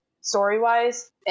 story-wise